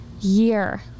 year